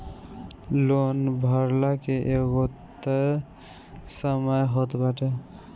loan भरला के एगो तय समय होत बाटे